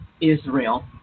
Israel